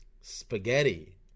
spaghetti